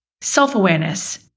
self-awareness